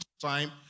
time